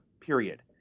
period